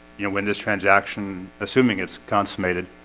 you know when this transaction assuming is consummated.